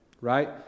right